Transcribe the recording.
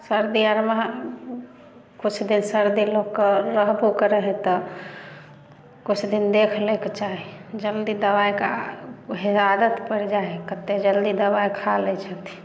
सर्दी आरमे किछु दिन सर्दी लोकके रहबो करै हइ तऽ किछु दिन देख लैके चाही जल्दी दबाइके आदत उहे परि जाइ हइ कतेक जल्दी दबाइ खाइ लै हथिन